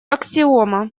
аксиома